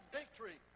victory